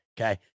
okay